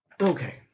Okay